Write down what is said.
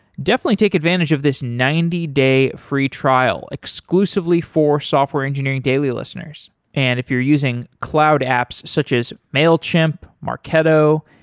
definitely take advantage of this ninety day free trial exclusively for software engineering daily listeners and if you're using cloud apps such as mailchimp, marketo,